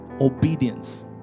obedience